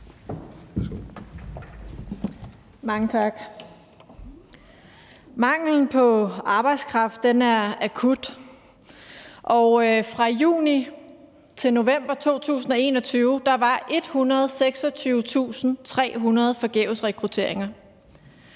Mange tak. Manglen på arbejdskraft er akut, og fra juni til november 2021 var der 126.300 forgæves rekrutteringer.